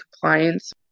compliance